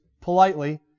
politely